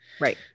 Right